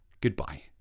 goodbye